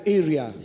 area